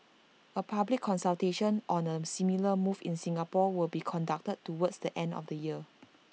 A public consultation on A similar move in Singapore will be conducted towards the end of the year